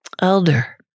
Elder